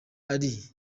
ari